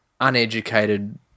uneducated